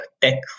tech